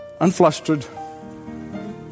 unflustered